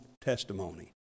testimony